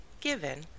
given